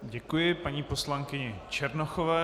Děkuji paní poslankyni Černochové.